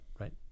right